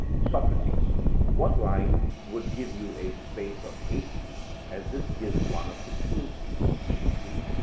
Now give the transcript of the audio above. socrates what line would give you a space of eight feet, as this gives one of sixteen feet do you see?